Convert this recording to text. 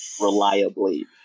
reliably